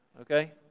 Okay